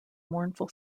mournful